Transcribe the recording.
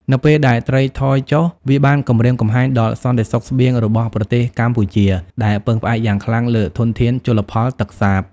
នៅពេលដែលត្រីថយចុះ វាបានគំរាមកំហែងដល់សន្តិសុខស្បៀងរបស់ប្រទេសកម្ពុជា ដែលពឹងផ្អែកយ៉ាងខ្លាំងលើធនធានជលផលទឹកសាប។